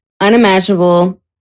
unimaginable